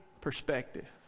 perspective